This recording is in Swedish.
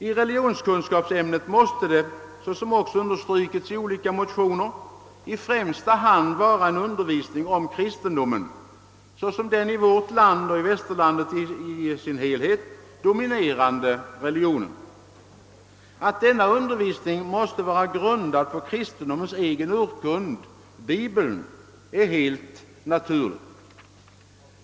I religionskunskapsämnet måste det, såsom också understryks i olika motioner, i första hand meddelas undervisning om kristendomen såsom den i vårt land och i västerlandet i dess helhet dominerande religionen. Att denna undervisning måste vara grundad på kristendomens egen urkund, Bibeln, är helt naturligt.